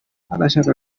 arashaka